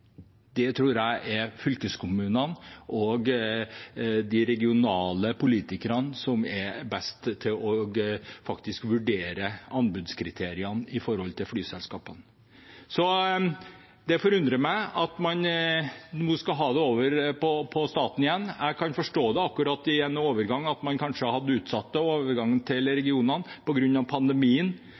tror det er fylkeskommunene og de regionale politikerne som er best til å vurdere anbudskriteriene overfor flyselskapene. Det forundrer meg at man nå skal ha det over på staten igjen. Jeg kan forstå det akkurat i en overgang, at man kanskje hadde utsatt overgangen til regionene på grunn av pandemien,